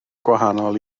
gwahanol